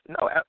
No